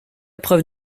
preuve